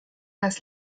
das